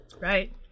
Right